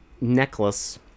necklace